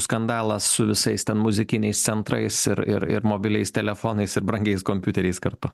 skandalas su visais ten muzikiniais centrais ir ir ir mobiliais telefonais ir brangiais kompiuteriais kartu